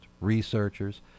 researchers